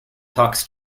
talks